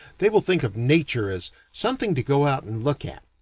they will think of nature as something to go out and look at.